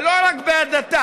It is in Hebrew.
ולא רק בהדתה.